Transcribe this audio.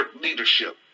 leadership